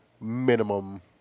minimum